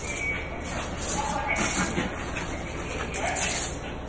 ए हुन्छ हुन्छ म पठाइदिन्छु नि तपाईँलाई बिस केजी है